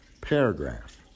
paragraph